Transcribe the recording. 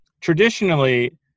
traditionally